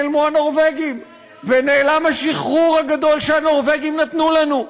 נעלמו הנורבגים ונעלם השחרור הגדול שהנורבגים נתנו לנו.